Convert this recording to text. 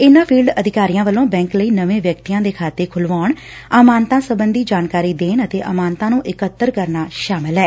ਇਨਾ ਫੀਲਡ ਅਧਿਕਾਰੀਆ ਵੱਲੋ ਬੈਂਕ ਲਈ ਨਵੋਂ ਵਿਅਕਤੀਆਂ ਦੇ ਖਾਤੇ ਖੁਲੁਵਾਉਣ ਅਮਾਨਤਾਂ ਸਬੰਧੀ ਜਾਣਕਾਰੀ ਦੇਣ ਅਤੇ ਅਮਾਨਤਾਂ ਨੂੰ ਇਕੱਤਰ ਕਰਨਾ ਸ਼ਾਮਲ ਏ